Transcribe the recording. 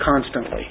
constantly